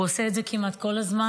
הוא עושה את זה כמעט כל הזמן.